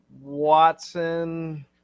Watson